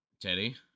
teddy